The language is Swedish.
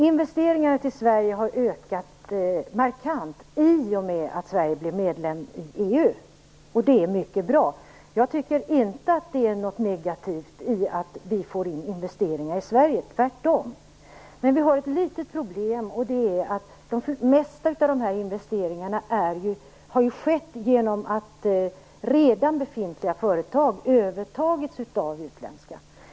Investeringarna till Sverige har ökat markant i och med att Sverige blev medlem i EU, och det är mycket bra. Jag tycker inte att det är något negativt att vi får in investeringar i Sverige, tvärtom. Men vi har ett litet problem, och det är att det mesta av investeringarna har skett genom att redan befintliga företag övertagits av utländska företag.